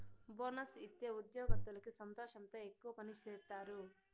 bonus ఇత్తే ఉద్యోగత్తులకి సంతోషంతో ఎక్కువ పని సేత్తారు